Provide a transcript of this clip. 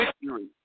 victory